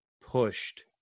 pushed